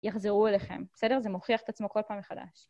יחזרו אליכם. בסדר? זה מוכיח את עצמו כל פעם מחדש.